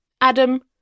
Adam